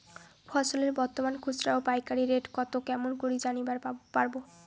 ফসলের বর্তমান খুচরা ও পাইকারি রেট কতো কেমন করি জানিবার পারবো?